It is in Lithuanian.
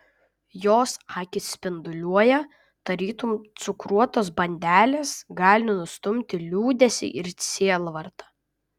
jos akys spinduliuoja tarytum cukruotos bandelės gali nustumti liūdesį ir sielvartą